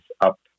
up